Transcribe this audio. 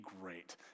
great